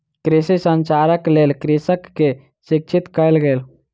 कृषि संचारक लेल कृषक के शिक्षित कयल गेल